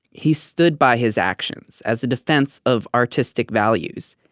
he stood by his actions as a defense of artistic values.